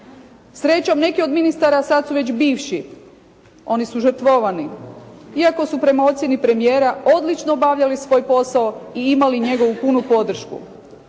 Srećom neki od ministara sada su već bivši, oni su žrtvovani, iako su prema ocjeni premijera odlično obavljali svoj posao i imali njegovu punu podršku,